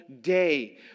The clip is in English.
day